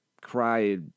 cry